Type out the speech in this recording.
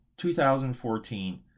2014